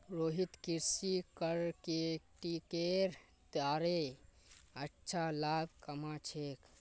रोहित कृषि मार्केटिंगेर द्वारे अच्छा लाभ कमा छेक